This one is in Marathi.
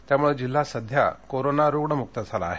त्यामळे जिल्हा कोरोना रुग्ण मुक्त झाला आहे